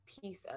piece